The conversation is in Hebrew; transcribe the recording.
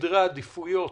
וסדרי העדיפויות